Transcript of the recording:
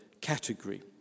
category